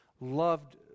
loved